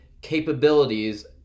capabilities